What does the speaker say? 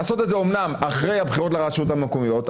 לעשות את זה אומנם אחרי הבחירות לרשויות המקומיות,